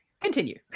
continue